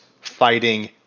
fighting